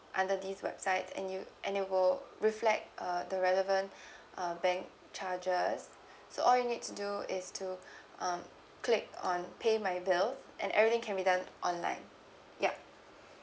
under this website and you and you go reflect uh the relevant uh bank charges so all you need to do is to um click on pay my bill and everything can be done online yup